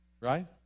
Right